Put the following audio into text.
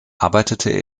arbeitete